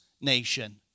nation